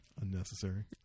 unnecessary